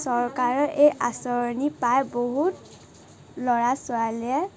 চৰকাৰে এই আঁচনি পায় বহুত ল'ৰা ছোৱালীয়ে